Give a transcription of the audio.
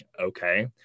okay